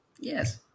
Yes